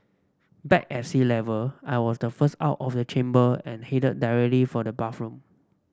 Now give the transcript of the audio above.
back at sea Level I was the first out of the chamber and headed directly for the bathroom